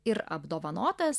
ir apdovanotas